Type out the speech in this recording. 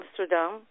Amsterdam